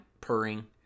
purring